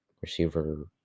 receiver